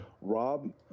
Rob